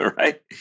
Right